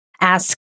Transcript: ask